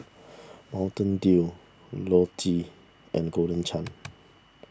Mountain Dew Lotte and Golden Chance